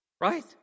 right